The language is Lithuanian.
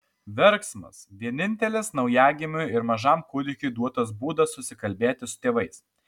verksmas vienintelis naujagimiui ir mažam kūdikiui duotas būdas susikalbėti su tėvais